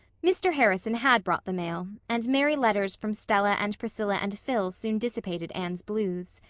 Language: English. mr. harrison had brought the mail, and merry letters from stella and priscilla and phil soon dissipated anne's blues.